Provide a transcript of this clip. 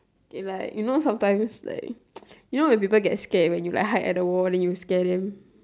okay like you know sometimes like you know when people get scared like you hide at the wall then you scare them